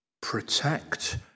protect